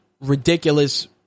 ridiculous